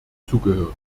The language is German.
zugehört